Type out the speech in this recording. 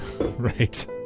right